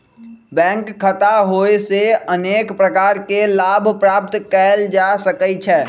bank खता होयेसे अनेक प्रकार के लाभ प्राप्त कएल जा सकइ छै